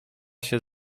się